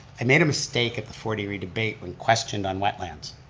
i made a mistake at the fort erie debate when questioned on wetlands.